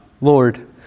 Lord